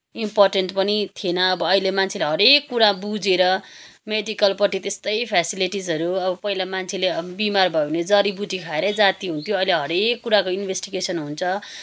important पनि थिएन अब अहिले मान्छेले हरेक कुरा बुझेर मेडिकलपट्टि त्यस्तै फेसिलिटिसहरू अब पहिला मान्छेले अब बिमार भयो भने जरिबुटी खाएरै जाती हुन्थ्यो अहिले हरेक कुराको इन्भेस्टिगेसन हुन्छ